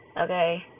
Okay